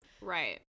Right